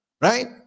right